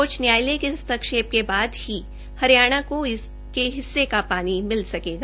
उच्चतम न्यायालय के हस्ताक्षेप के बाद ही हरियाणा को उसके हिससे का पानी मिल सकेगा